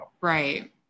Right